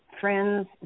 friends